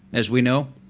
as we know,